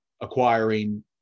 acquiring